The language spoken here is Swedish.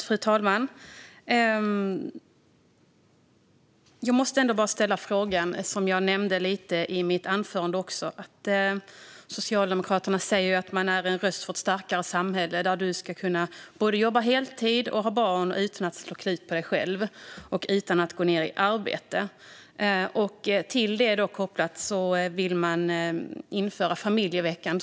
Fru talman! Jag måste få ställa en fråga. Jag nämnde i mitt anförande att Socialdemokraterna säger att de är en röst för ett starkare samhälle. Du ska både kunna jobba heltid och ha barn utan att slå knut på dig själv, och utan att gå ned i arbetstid. Kopplat till det vill man införa familjeveckan.